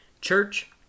Church